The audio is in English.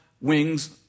wings